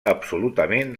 absolutament